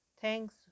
Thanks